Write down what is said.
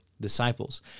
disciples